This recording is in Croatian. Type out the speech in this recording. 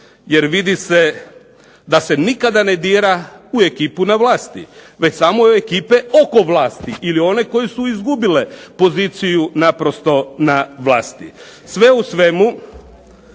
jer vidi se da se nikada ne dira u ekipu na vlasti, već samo u ekipe oko vlasti, ili one koje su izgubile poziciju naprosto na vlasti. Sve u svemu